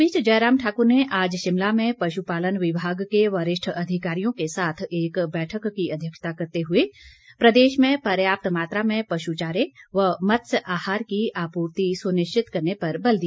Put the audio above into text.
इस बीच जयराम ठाक्र ने आज शिमला में पश्पालन विभाग के वरिष्ठ अधिकारियों के साथ एक बैठक की अध्यक्षता करते हुए प्रदेश में पर्याप्त मात्रा में पशु चारे व मत्स्य आहार की आपूर्ति सुनिश्चित करने पर बल दिया